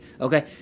Okay